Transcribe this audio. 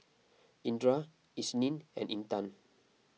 Indra Isnin and Intan